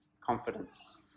Confidence